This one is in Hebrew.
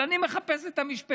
אבל אני מחפש את המשפטנים,